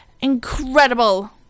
Incredible